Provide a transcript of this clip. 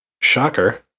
Shocker